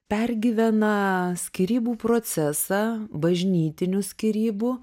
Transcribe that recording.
pergyvena skyrybų procesą bažnytinių skyrybų